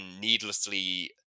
needlessly